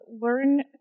learn